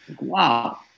Wow